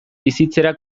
bizitzera